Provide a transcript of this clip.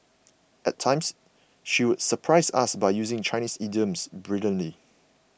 at times she would surprise us by using Chinese idioms brilliantly